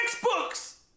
textbooks